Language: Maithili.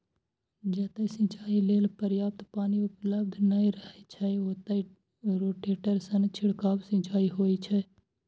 जतय सिंचाइ लेल पर्याप्त पानि उपलब्ध नै रहै छै, ओतय रोटेटर सं छिड़काव सिंचाइ होइ छै